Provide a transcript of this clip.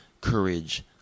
courage